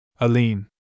Aline